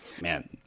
Man